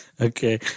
Okay